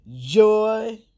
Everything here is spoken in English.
Joy